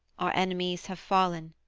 our enemies have fallen,